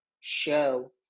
show